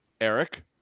Eric